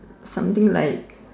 something like